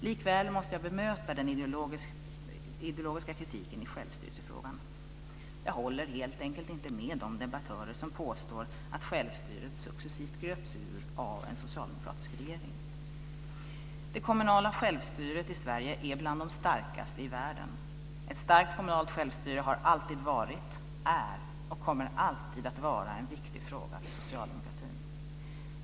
Likväl måste jag bemöta den ideologiska kritiken i självstyrelsefrågan. Jag håller helt enkelt inte med de debattörer som påstår att självstyret successivt gröps ur av en socialdemokratisk regering. Det kommunala självstyret i Sverige är bland de starkaste i världen. Ett starkt kommunalt självstyre har alltid varit, är och kommer alltid att vara en viktig fråga för socialdemokratin.